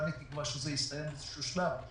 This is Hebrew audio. ואני תקווה שהיא תסתיים באיזו שלב.